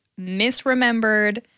misremembered